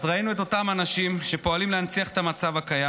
אז ראינו את אותם אנשים שפועלים להנציח את המצב הקיים,